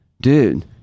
Dude